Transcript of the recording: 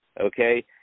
okay